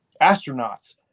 astronauts